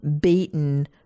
beaten